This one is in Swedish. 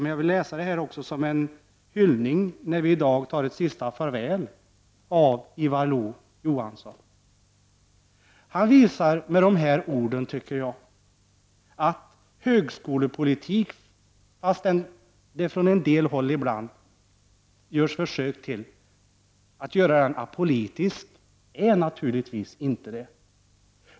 Jag vill emellertid läsa detta också som en hyllning när vi i dag tar ett sista förväl av Ivar Lo-Johansson. Jag tycker att han med sina ord visar att högskolepolitiken, trots att det från en del håll ibland görs försök att göra den apolitisk, naturligtvis inte är det.